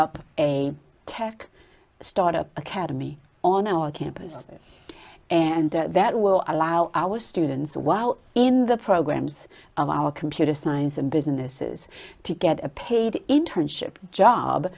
up a tech start up academy on our campus and that will allow our students while in the programs of our computer science and businesses to get a paid internship job